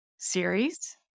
series